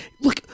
look